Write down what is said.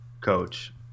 coach